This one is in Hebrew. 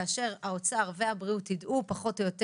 כאשר האוצר והבריאות יידעו פחות או יותר